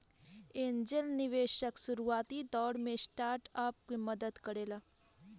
angel निवेशक शुरुआती दौर में स्टार्टअप के मदद करेला